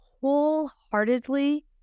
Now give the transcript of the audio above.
wholeheartedly